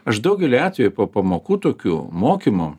aš daugelį atvejų po pamokų tokių mokymų